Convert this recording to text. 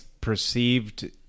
perceived